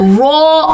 raw